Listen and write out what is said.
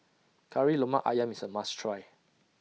Kari Lemak Ayam IS A must Try